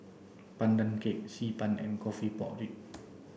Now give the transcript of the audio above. Pandan cake xi ban and coffee pork ribs